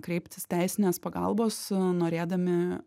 kreiptis teisinės pagalbos norėdami